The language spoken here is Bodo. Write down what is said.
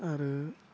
आरो